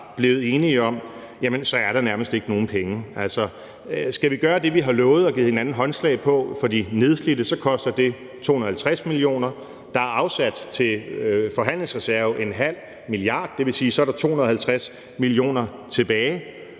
blevet enige om, så er der nærmest ikke nogen penge. Altså, skal vi gøre det, vi har lovet og givet hinanden håndslag på, for de nedslidte, koster det 250 mio. kr. Der er afsat til forhandlingsreserve 0,5 mia. kr., og det vil sige, at så er der 250 mio. kr. tilbage,